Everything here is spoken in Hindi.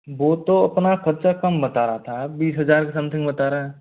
वो तो अपना खर्चा कम बता रहा था बीस हजार के समथिंग बता रहा है